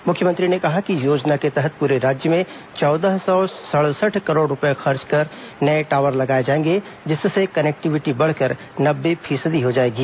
मुख्यमंत्री ने कहा कि इस योजना के तहत पूरे राज्य में चौदह सौ सड़सठ करोड़ रूपये खर्च कर नए टॉवर लगाए जाएंगे जिससे कनेक्टिविटी बढ़कर नब्बे फीसदी हो जाएगी